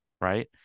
right